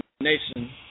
Nation